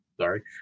sorry